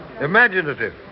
imaginative